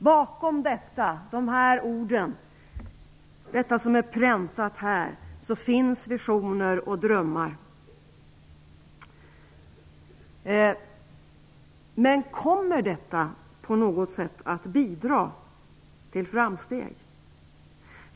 Bakom de ord som är präntade i betänkandet finns visioner och drömmar. Men kommer detta på något sätt att bidra till framsteg?